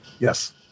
Yes